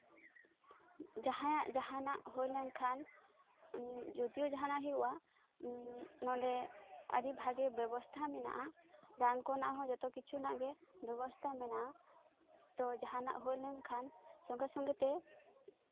ᱡᱟᱦᱟᱸᱭᱟᱜ ᱡᱟᱦᱟᱱᱟᱜ ᱦᱳᱭ ᱞᱮᱱᱠᱷᱟᱱ ᱡᱳᱫᱤᱭᱳ ᱡᱟᱦᱟᱱᱟᱜ ᱦᱚᱭᱳᱜᱼᱟ ᱱᱚᱰᱮ ᱟᱹᱰᱤ ᱵᱷᱟᱜᱮ ᱵᱮᱵᱚᱥᱛᱷᱟ ᱢᱮᱱᱟᱜᱼᱟ ᱨᱟᱱ ᱠᱚ ᱨᱮᱱᱟᱜ ᱡᱚᱛᱚ ᱠᱤᱪᱷᱩ ᱨᱮᱱᱟᱜ ᱜᱮ ᱵᱮᱵᱚᱥᱛᱷᱟ ᱢᱮᱱᱟᱜᱼᱟ ᱛᱚ ᱡᱟᱦᱟᱱᱟᱜ ᱦᱩᱭ ᱞᱮᱱᱠᱷᱟᱱ ᱥᱚᱸᱜᱮ ᱥᱚᱸᱜᱮᱛᱮ